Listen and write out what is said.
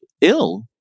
ill